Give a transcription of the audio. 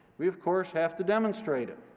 we of course have to demonstrate it.